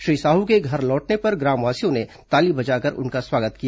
श्री साहू के घर लौटने पर ग्रामवासियों ने ताली बजाकर उनका स्वागत किया